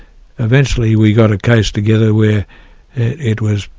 eventually we got a case together where it was,